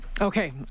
okay